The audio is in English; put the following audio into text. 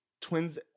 twins